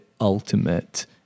ultimate